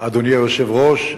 אדוני היושב-ראש,